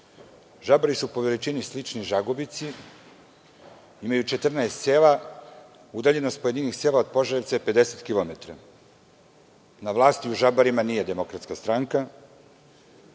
Žabari su po veličini slični Žagubici, imaju 14 sela. Udaljenost pojedinih sela od Požarevca je 50 kilometara. Na vlasti u Žabarima nije Demokratska stranka.